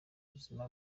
ubuzima